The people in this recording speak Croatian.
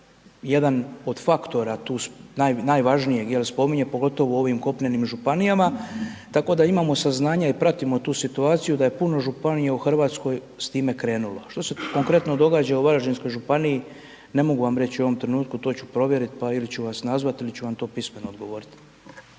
jedan od faktora tu najvažnijeg jel spominje pogotovo u ovim kopnenim županijama, tako da imamo saznanja i pratimo tu situaciju da je puno županija u Hrvatskoj s time krenulo. Što se konkretno događa u Varaždinskoj županiji ne mogu vam reći u ovom trenutku, to ću provjeriti pa ili ću vas nazvati ili ću vam to pismeno odgovoriti.